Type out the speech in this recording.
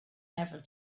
several